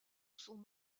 son